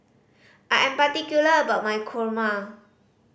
I am particular about my kurma